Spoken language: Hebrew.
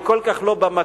היא כל כך לא במקום.